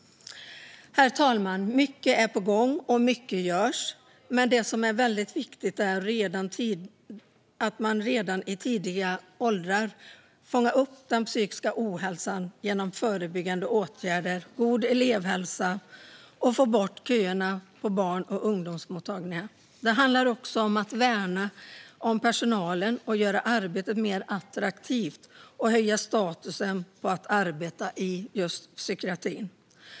Herr talman! Mycket är på gång, och mycket görs. Men det som är väldigt viktigt är att man redan i lägre åldrar fångar upp den psykiska ohälsan genom förebyggande åtgärder och god elevhälsa och får bort köerna till barn och ungdomsmottagningarna. Det handlar också om att värna om personalen och göra arbetet mer attraktivt och höja statusen på att arbeta i just psykiatrin.